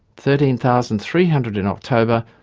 thirteen thousand three hundred in october,